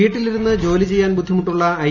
പീട്ടിലിരുന്ന് ജോലി ഒ്ചയ്യാൻ ബുദ്ധിമുട്ടുള്ള ഐ